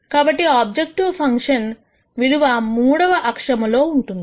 కాబట్టి objective function విలువ మూడవ అక్షము లో ఉంటుంది